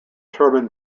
turbine